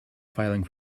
filing